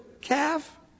calf